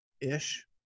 ish